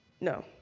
no